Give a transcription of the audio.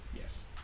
Yes